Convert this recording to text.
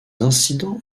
incidents